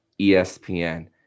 ESPN